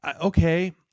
okay